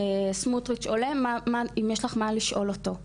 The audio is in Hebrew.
סמוטריץ עולה אם יש לך מה לשאול אותו?